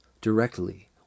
directly